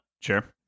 Sure